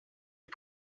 est